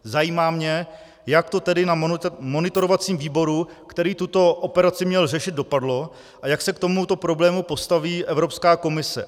Zajímá mě, jak to tedy na monitorovacím výboru, který tuto operaci měl řešit, dopadlo a jak se k tomuto problému postaví Evropská komise.